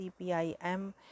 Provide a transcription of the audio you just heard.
CPIM